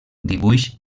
dibuix